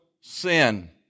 sin